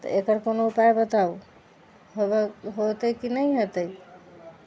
तऽ एकर कोनो उपाय बताउ हेबक होयतै कि नहि होयतै